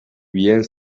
bien